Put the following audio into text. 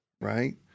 right